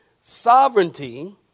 Sovereignty